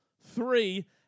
three